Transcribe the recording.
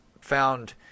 found